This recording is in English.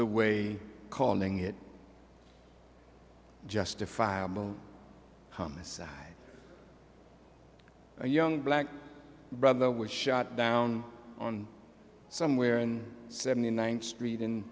away calling it justifiable homicide a young black brother was shot down on somewhere in seventy ninth street in